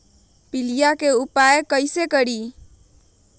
पीलिया के उपाय कई से करी?